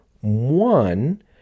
One